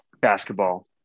basketball